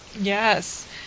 Yes